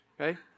Okay